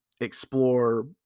explore